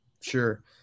Sure